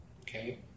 Okay